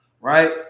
right